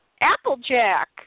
Applejack